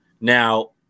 now